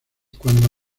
cuando